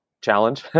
challenge